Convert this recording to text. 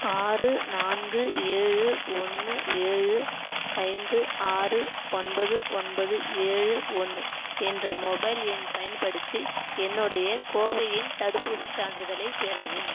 ஆறு நான்கு ஏழு ஒன்று ஏழு ஐந்து ஆறு ஒன்பது ஒன்பது ஏழு ஒன்று என்ற மொபைல் எண் பயன்படுத்தி என்னுடைய கோவியின் தடுப்பூசிச் சான்றிதழைப் பெறவும்